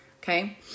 Okay